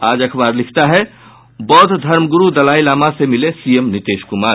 आज अखबार लिखता है बौद्ध धर्मगुरू दलाई लामा से मिले सीएम नीतीश कुमार